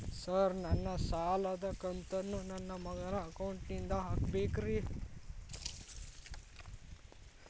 Sir ನನ್ನ ಸಾಲದ ಕಂತನ್ನು ನನ್ನ ಮಗನ ಅಕೌಂಟ್ ನಿಂದ ಹಾಕಬೇಕ್ರಿ?